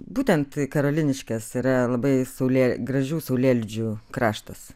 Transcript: būtent karoliniškės yra labai saulė gražių saulėlydžių kraštas